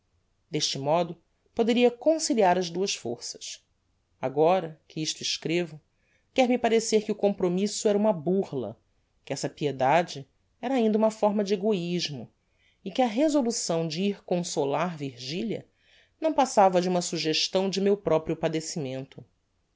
deste modo poderia conciliar as duas forças agora que isto escrevo quer-me parecer que o compromisso era uma burla que essa piedade era ainda um fórma de egoismo e que a resolução de ir consolar virgilia não passava de uma suggestão de meu proprio padecimento